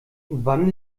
wann